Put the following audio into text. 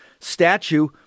statue